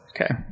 Okay